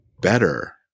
better